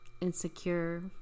insecure